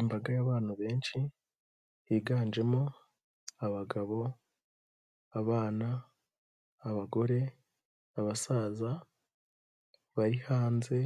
Imbaga y'abantu benshi, higanjemo, abagabo, abana, abagore, abasaza, bari hanze,